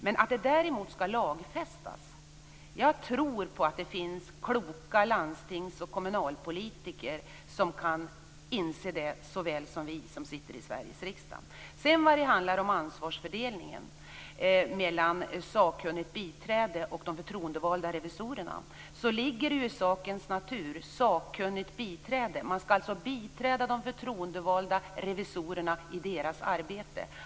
När det däremot gäller att det skall lagfästas tror jag på att det finns kloka landstings och kommunalpolitiker som inser det, såväl som vi som sitter i Sveriges riksdag. Sedan till ansvarsfördelningen mellan sakkunnigt biträde och de förtroendevalda revisorerna. Det ligger i sakens natur när det gäller sakkunnigt biträde att man skall biträda de förtroendevalda revisorerna i deras arbete.